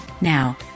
Now